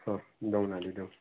ହଁ ଦଉନାହାନ୍ତି ଦିଅନ୍ତୁ